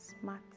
smart